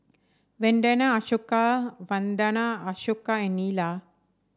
Vandana Ashoka Vandana Ashoka and Neila